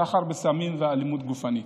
סחר בסמים ואלימות גופנית.